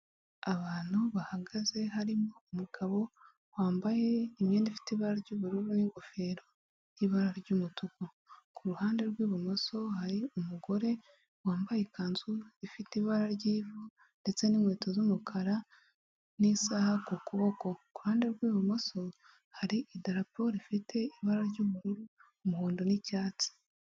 Abantu bahagaze harimo umugabo wambaye imyenda ifite ibara ry'ubururu, n'ingofero ifite ibara ry'umutuku, kuruhande rw'ibumoso hari umugore wambaye ikanzu ifite ibara ry'ivu ndetse n'inkweto z'umukara n'isaha ku kuboko, kuruhande rw'ibumoso hari idarapo rifite ibara ry'ubururu, umuhondo, nicyatsi.